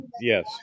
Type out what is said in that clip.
Yes